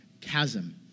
chasm